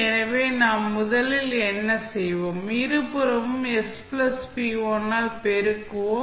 எனவே நாம் முதலில் என்ன செய்வோம் இருபுறமும் sp1 ஆல் பெருக்குவோம்